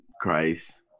Christ